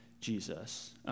Jesus